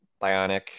bionic